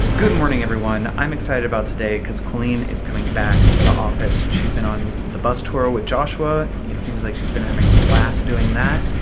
good morning everyone, i'm excited about today cause colleen is coming back to the office. she's been on the bus tour with joshua, it seems like she's been having a blast doing that.